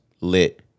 Lit